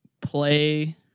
play